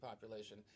population